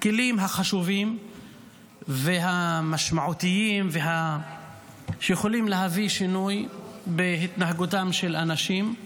הכלים החשובים והמשמעותיים שיכולים להביא שינוי בהתנהגותם של אנשים,